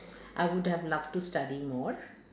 I would have loved to study more